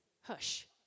Hush